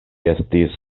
estis